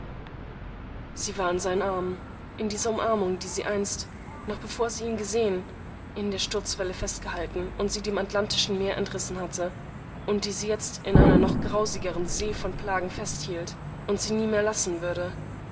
sie war in seinen armen in dieser umarmung die sie einst noch bevor sie ihn gesehen in der sturzwelle festgehalten und sie dem atlantischen meer entrissen hatte und die sie jetzt in einer noch grausigeren see von plagen festhielt und sie nie mehr lassen würde